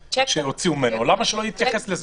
לבנק שהוציאו ממנו, למה שהוא לא יתייחס לזה?